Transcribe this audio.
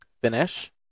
finish